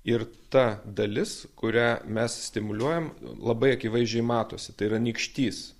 ir ta dalis kurią mes stimuliuojam labai akivaizdžiai matosi tai yra nykštys